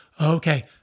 okay